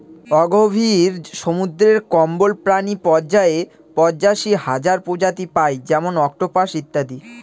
অগভীর সমুদ্রের কম্বজ প্রাণী পর্যায়ে পঁচাশি হাজার প্রজাতি পাই যেমন অক্টোপাস ইত্যাদি